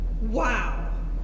Wow